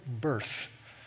birth